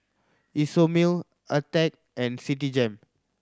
Isomil Attack and Citigem